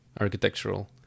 architectural